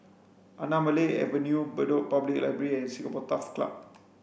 Anamalai Avenue Bedok Public Library and Singapore Turf Club